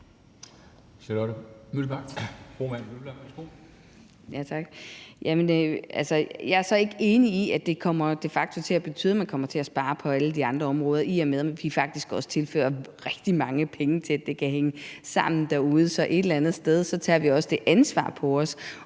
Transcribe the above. kommer til at betyde, at man kommer til at spare på alle de andre områder, i og med at vi også tilfører rigtig mange penge, så det kan hænge sammen derude. Så et eller andet sted tager vi også det ansvar på os